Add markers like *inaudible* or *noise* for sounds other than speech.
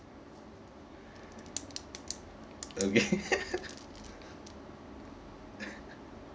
okay *laughs*